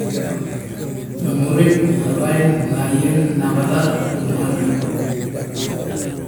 Namurit, narain, naien, nagala, muanam.